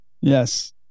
Yes